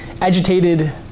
agitated